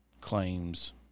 claims